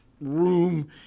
room